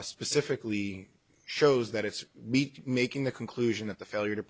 specifically shows that it's weak making the conclusion that the failure to